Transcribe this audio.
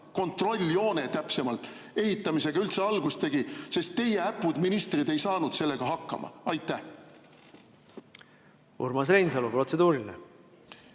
kontrolljoone täpsemalt – ehitamisega üldse algust tegi. Teie äpud ministrid ei saanud sellega hakkama. Urmas Reinsalu, protseduuriline!